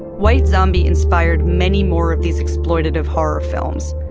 white zombie inspired many more of these exploitative horror films.